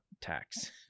tax